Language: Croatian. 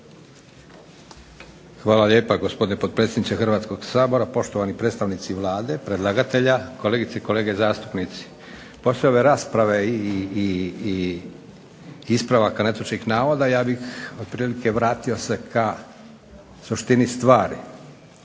Hvala lijepa gospodine potpredsjedniče Hrvatskog sabora, poštovani predstavnici Vlade, predlagatelja, kolegice i kolege zastupnici. Poslije ove rasprave i ispravaka netočnih navoda ja bih otprilike vratio se ka suštini stvari,